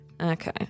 Okay